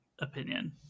opinion